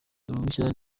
uruhushya